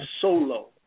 solo